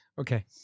Okay